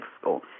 school